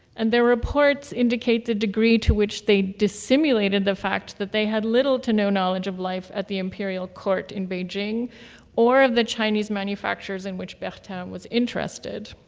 and their reports indicate the degree to which they dissimilated the fact that they had little to no knowledge of life at the imperial court in beijing or of the chinese manufacturers in which bertin um was interested.